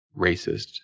racist